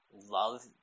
love